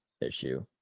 issue